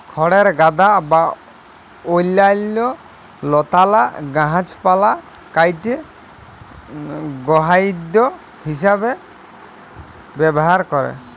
খড়ের গাদা বা অইল্যাল্য লতালা গাহাচপালহা কাইটে গখাইদ্য হিঁসাবে ব্যাভার ক্যরে